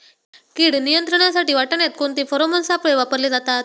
कीड नियंत्रणासाठी वाटाण्यात कोणते फेरोमोन सापळे वापरले जातात?